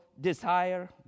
desire